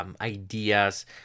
ideas